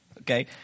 Okay